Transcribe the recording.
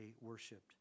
worshipped